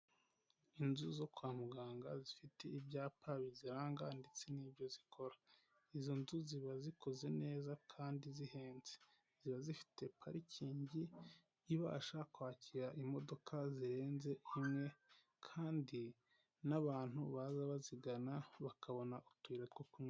Inzu zo kwa muganga zifite ibyapa biziranga ndetse n'ibyo zikora, izo nzu ziba zikoze neza kandi zihenze, ziba zifite parikingi ibasha kwakira imodoka zirenze imwe, kandi n'abantu baza bazigana bakabona utuyira two kunyuramo.